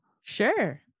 Sure